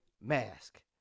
mask